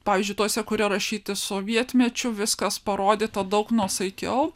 pavyzdžiui tuose kurie rašyti sovietmečiu viskas parodyta daug nuosaikiau